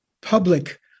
public